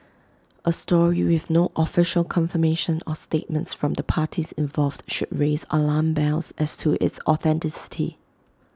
A story with no official confirmation or statements from the parties involved should raise alarm bells as to its authenticity